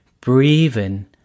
Breathing